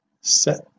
Set